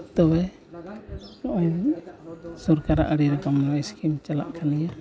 ᱛᱚᱵᱮ ᱱᱚᱜᱼᱚᱭ ᱥᱚᱨᱠᱟᱨᱟᱜ ᱟᱹᱰᱤ ᱨᱚᱠᱚᱢ ᱥᱠᱤᱢ ᱪᱟᱞᱟᱜ ᱠᱟᱱ ᱜᱮᱭᱟ